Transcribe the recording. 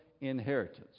inheritance